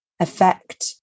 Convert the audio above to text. affect